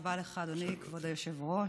תודה רבה לך, אדוני כבוד היושב-ראש.